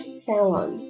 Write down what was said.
salon